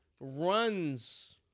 runs